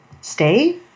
stay